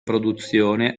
produzione